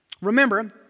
Remember